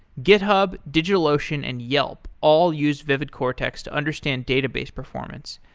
github, digitalocean, and yelp all use vividcortex to understand database performance.